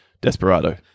Desperado